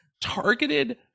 targeted